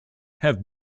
have